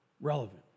relevant